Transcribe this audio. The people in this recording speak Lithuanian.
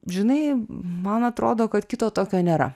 žinai man atrodo kad kito tokio nėra